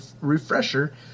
refresher